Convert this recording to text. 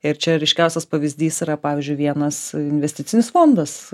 ir čia ryškiausias pavyzdys yra pavyzdžiui vienas investicinis fondas